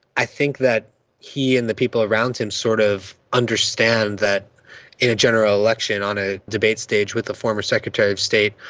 i think that he and the people around him sort of understand that in a general election on a debate stage with the former secretary of state,